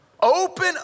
open